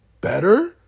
better